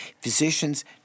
physicians